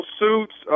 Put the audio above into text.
suits